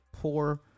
poor